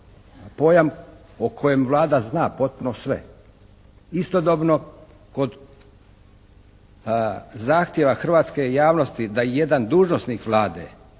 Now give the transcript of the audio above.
pojam o kojem Vlada zna potpuno sve. Istodobno kod zahtjeva hrvatske javnosti da jedan dužnosnik Vlade